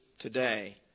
Today